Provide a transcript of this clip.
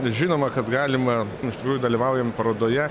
žinoma kad galima iš tikrųjų dalyvaujam parodoje